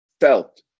felt